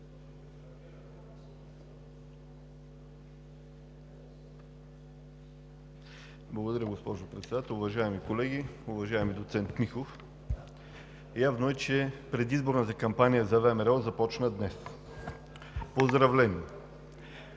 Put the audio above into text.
Благодаря, госпожо Председател. Уважаеми колеги, уважаеми доцент Михов! Явно е, че предизборната кампания за ВМРО започна днес. Поздравления!